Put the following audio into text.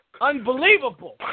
Unbelievable